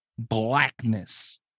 blackness